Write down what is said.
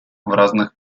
разных